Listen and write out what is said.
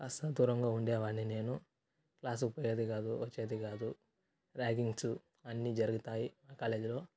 కాస్త దూరంగా ఉండేవాణ్ణి నేను క్లాస్కు పోయేది కాదు వచ్చేది కాదు ర్యాగింగ్సు అన్నీ జరుగుతాయి ఆ కాలేజ్లో